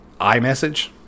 iMessage